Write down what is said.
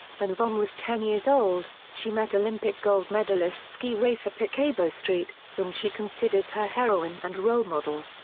when vonn was ten years old, she met olympic gold medalist ski racer picabo street, whom she considers her heroine and role model.